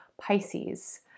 Pisces